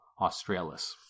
Australis